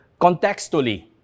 contextually